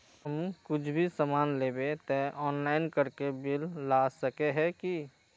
हम कुछ भी सामान लेबे ते ऑनलाइन करके बिल ला सके है की?